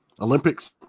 Olympics